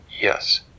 yes